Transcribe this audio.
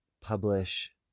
publish